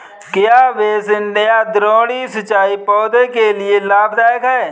क्या बेसिन या द्रोणी सिंचाई पौधों के लिए लाभदायक है?